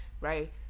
right